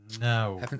No